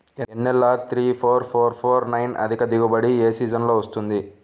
NLR three four four four nine అధిక దిగుబడి ఏ సీజన్లలో వస్తుంది?